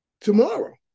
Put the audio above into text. tomorrow